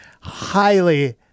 highly